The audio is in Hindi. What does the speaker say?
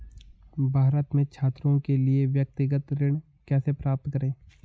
भारत में छात्रों के लिए व्यक्तिगत ऋण कैसे प्राप्त करें?